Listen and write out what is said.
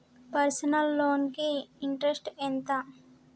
Personal loan కి interest ఎంత?